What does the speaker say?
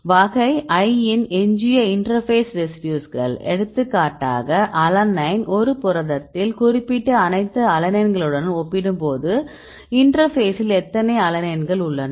வகை I இன் எஞ்சிய இன்டெர்பேஸ் ரெசிடியூஸ்கள் எடுத்துக்காட்டாக அலனைன் ஒரு புரதத்தில் குறிப்பிட்ட அனைத்து அலனைன்களுடன் ஒப்பிடும்போது இன்டர்பேசில் எத்தனை அலனைன்கள் உள்ளன